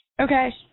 Okay